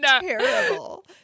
terrible